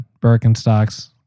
Birkenstocks